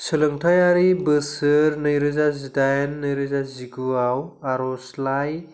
सोलोंथायारि बोसोर नैरोजा जिडाइन नैरोजा जिगु आव आरज'लाइ